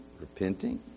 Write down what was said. repenting